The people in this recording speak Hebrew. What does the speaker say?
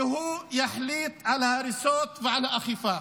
שהוא יחליט על ההריסות ועל האכיפה.